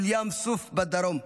ולים סוף בדרום,